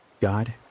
God